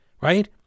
right